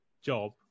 job